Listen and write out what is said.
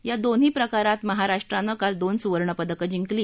या दोन्ही प्रकारात महाराष्ट्रानं काल दोन सुवर्णपदकं जिंकली